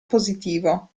positivo